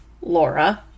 Laura